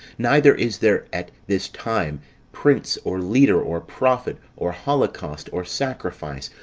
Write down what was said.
neither is there at this time prince, or leader, or prophet, or holocaust, or sacrifice,